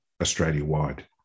Australia-wide